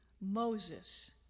Moses